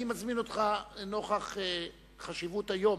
אני מזמין אותך, נוכח חשיבות היום,